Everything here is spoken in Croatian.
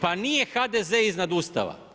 Pa nije HDZ iznad Ustava.